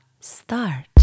start